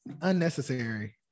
unnecessary